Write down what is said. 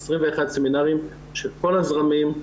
21 סמינרים של כל הזרמים,